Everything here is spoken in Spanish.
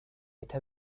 esta